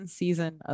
season